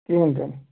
کِہیٖنۍ تِنہٕ